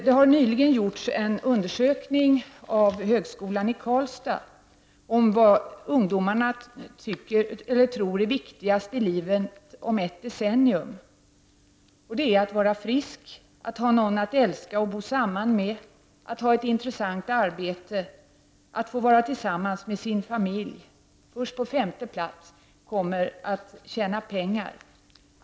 Det har nyligen gjorts en undersökning av högskolan i Karlstad om vad ungdomar tror är viktigast i livet om ett decennium. Det är att vara frisk, att ha någon att älska och bo samman med, att ha ett intressant arbete och att få vara tillsammans med sin familj. Att tjäna pengar kommer först på femte plats.